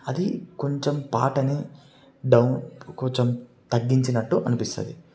అది కొంచెం పాటని డౌన్ కొంచెం తగ్గించినట్టు అనిపిస్తుంది